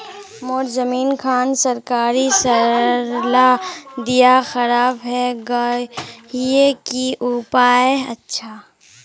मोर जमीन खान सरकारी सरला दीया खराब है गहिये की उपाय अच्छा?